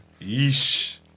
yeesh